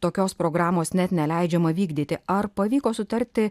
tokios programos net neleidžiama vykdyti ar pavyko sutarti